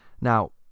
Now